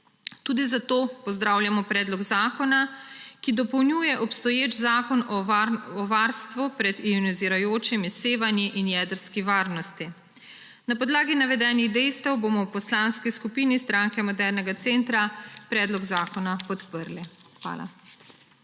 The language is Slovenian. Tudi zato pozdravljamo predlog zakona, ki dopolnjuje obstoječi zakon o varstvu pred ionizirajočimi sevanji in jedrski varnosti. Na podlagi navedenih dejstev bomo v Poslanski skupini Stranke modernega centra predlog zakona podprli. Hvala.